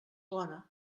bona